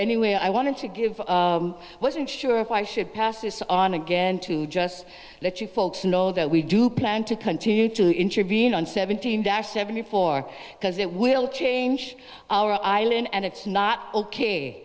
anyway i wanted to give wasn't sure if i should pass this on again to just let you folks know that we do plan to continue to intervene on seventeen dash seventy four because it will change our island and it's not ok